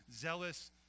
zealous